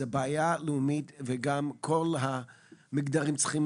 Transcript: זו בעיה לאומית וגם כל המגדרים צריכים